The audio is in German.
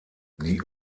die